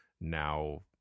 now